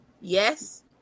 Yes